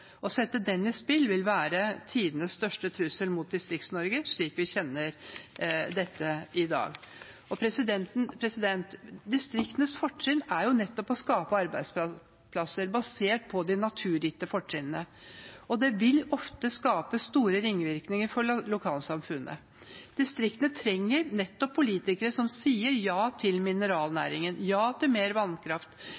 Å sette den i spill vil være tidenes største trussel mot Distrikts-Norge slik vi kjenner det i dag. Distriktenes fortrinn er nettopp å skape arbeidsplasser basert på de naturgitte fortrinnene. Det vil ofte skape store ringvirkninger for lokalsamfunnene. Distriktene trenger nettopp politikere som sier ja til